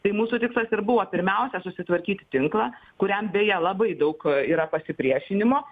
tai mūsų tikslas ir buvo pirmiausia susitvarkyti tinklą kuriam beje labai daug yra pasipriešinimo